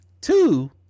Two